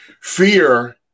Fear